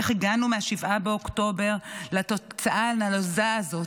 איך הגענו מ-7 באוקטובר לתוצאה הנלוזה הזאת.